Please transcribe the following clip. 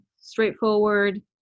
straightforward